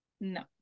no